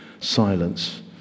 silence